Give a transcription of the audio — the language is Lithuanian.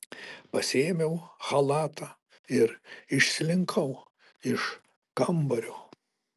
pasiėmiau chalatą ir išslinkau iš kambario